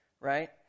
right